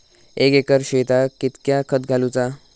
एक एकर शेताक कीतक्या खत घालूचा?